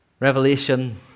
Revelation